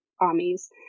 armies